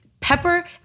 Pepper